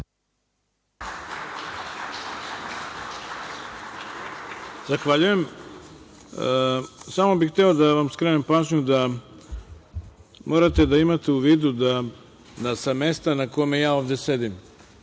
Zahvaljujem. Samo bih hteo da vam krenem pažnju da morate da imate u vidu da sa mesta na kome ja ovde sedim,